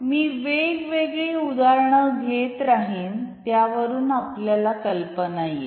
मी वेगवेगळी उदाहरणे घेत राहिन त्यावरून आपल्याला कल्पना येईल